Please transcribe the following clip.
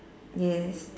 yes